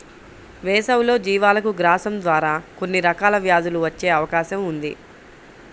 వేసవిలో జీవాలకు గ్రాసం ద్వారా కొన్ని రకాల వ్యాధులు వచ్చే అవకాశం ఉంది